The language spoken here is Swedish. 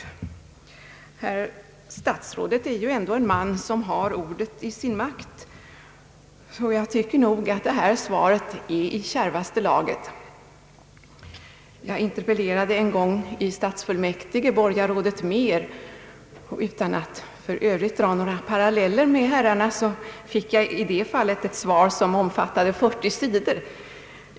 Herr statsrådet är ju ändå en man, som har ordet i sin makt, och jag tycker nog att detta svar är i kärvaste laget. Jag interpellerade en gång i stadsfullmäktige borgarrådet Mehr. Utan att för övrigt dra några paralleller mellan herrarna vill jag framhålla, att jag i det fallet fick ett svar, som omfattade 40 sidor.